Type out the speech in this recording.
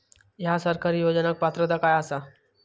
हया सरकारी योजनाक पात्रता काय आसा?